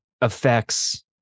affects